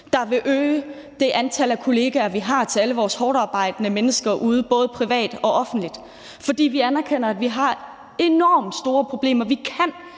der vil øge antallet af kolleger til alle vores hårdtarbejdende mennesker derude både privat og offentligt. For vi anerkender, at vi har enormt store problemer.